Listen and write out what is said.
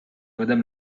madame